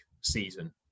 season